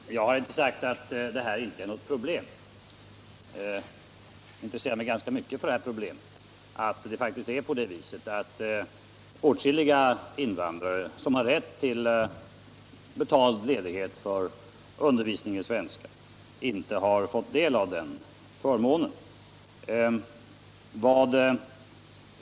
Herr talman! Jag har inte sagt att det inte är något problem. Jag intresserar mig tvärtom ganska mycket för det här problemet. Det är helt riktigt på det viset att åtskilliga invandrare som har rätt till betald ledighet för undervisning i svenska inte har fått ta del av den förmånen.